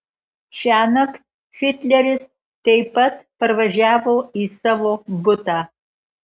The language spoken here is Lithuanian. šiąnakt hitleris taip pat parvažiavo į savo butą